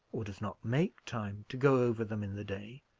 or does not make time, to go over them in the day.